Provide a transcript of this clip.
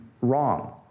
wrong